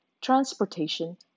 transportation